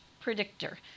predictor